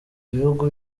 ibihugu